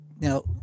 now